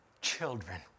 children